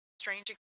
strange